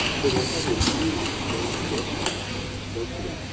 there were others, too, in strange dresses, who came and spoke to him.